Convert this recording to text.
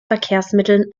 verkehrsmitteln